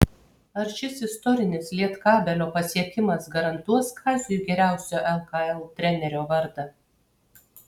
ar šis istorinis lietkabelio pasiekimas garantuos kaziui geriausio lkl trenerio vardą